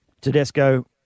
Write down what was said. Tedesco